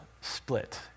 split